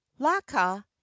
laka